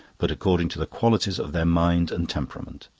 but according to the qualities of their mind and temperament.